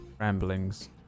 ramblings